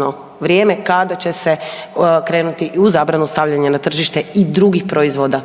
odnosno vrijeme kada će se krenuti i u zabranu stavljanja na tržište i drugih proizvoda